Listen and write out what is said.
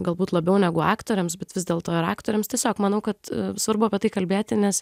galbūt labiau negu aktoriams bet vis dėlto ir aktoriams tiesiog manau kad svarbu apie tai kalbėti nes